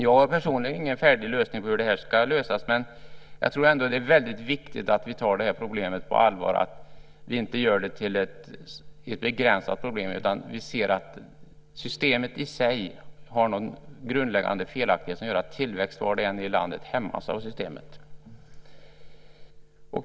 Jag har personligen ingen färdig lösning på det här, men jag tror ändå att det är väldigt viktigt att vi tar problemet på allvar, att vi inte gör det till ett begränsat problem utan ser att systemet i sig har någon grundläggande felaktighet som gör att tillväxten hämmas var i landet den än sker.